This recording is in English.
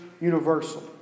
universal